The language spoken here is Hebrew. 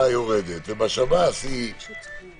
אוסאמה מאוד לא אהב את זה,